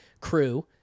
crew